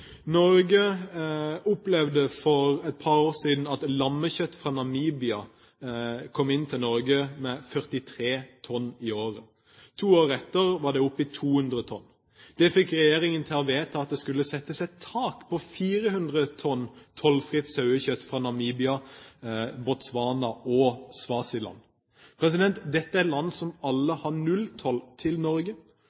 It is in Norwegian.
Norge, med 43 tonn i året. To år etter var det oppe i 200 tonn. Det fikk regjeringen til å vedta at det skulle settes et tak på 400 tonn tollfritt sauekjøtt fra Namibia, Botswana og Swaziland. Dette er land som alle